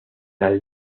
las